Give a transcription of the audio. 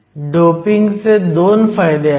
डोपिंगचे 2 फायदे आहेत